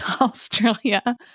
Australia